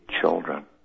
children